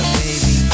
baby